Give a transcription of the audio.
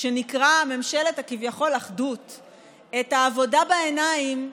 שנקרא ממשלת האחדות כביכול, העבודה בעיניים,